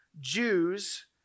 Jews